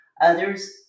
Others